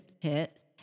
hit